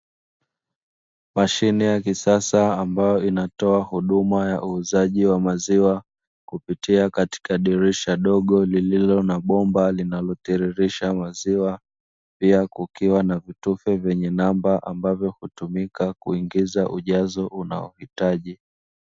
Mashine ya kisasa ambayo inatoa huduma ya uuzaji wa maziwa, kupitia katika dirisha dogo lililo na bomba linalotiririsha maziwa, pia kukiwa na vitufe vyenye namba ambazo hutumika kuingiza ujazo unaohitaji.